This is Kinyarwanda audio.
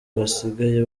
basigaye